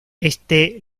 este